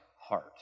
heart